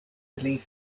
relief